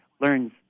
learns